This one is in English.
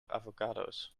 avocados